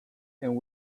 and